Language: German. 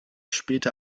spielte